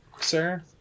Sir